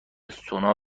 سونا